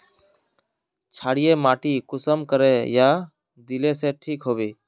क्षारीय माटी कुंसम करे या दिले से ठीक हैबे?